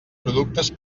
productes